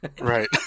right